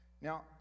Now